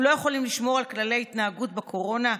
לא יכולים לשמור על כללי התנהגות בקורונה?